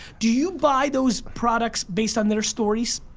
do you buy those products based on their stories?